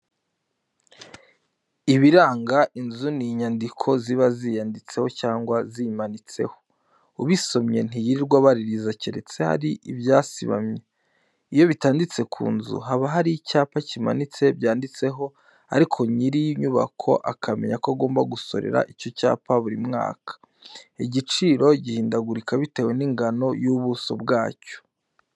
Ibiranga inzu ni inyandiko ziba ziyanditseho cyangwa ziyimanitseho. Ubisomye ntiyirirwa abaririza, keretse hari ibyasibamye. Iyo bitanditse ku nzu, haba hari icyapa kimanitse byanditseho ariko nyir'inyubako akamenya ko agomba gusorera icyo cyapa buri mwaka. Igiciro gihindagurika bitewe n'ingano y'ubuso bwacyo.